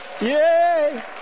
Yay